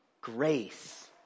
grace